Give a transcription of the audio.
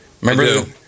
Remember